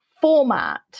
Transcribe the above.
format